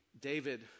David